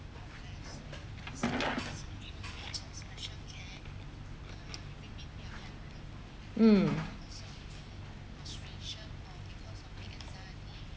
mm